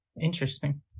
interesting